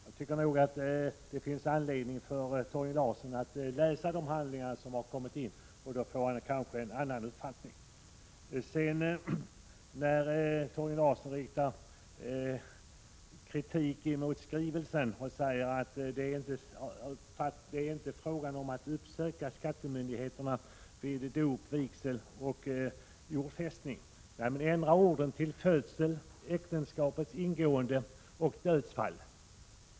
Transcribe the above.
Jag tycker det finns anledning för Torgny Larsson att läsa de handlingar som har kommit in — då får han kanske en annan uppfattning. Torgny Larsson sade att det inte är fråga om att uppsöka skattemyndigheterna vid dop, vigsel och jordfästning. Ändra de orden till födsel, äktenskapsingående och dödsfall!